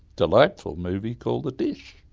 delightful movie called the dish.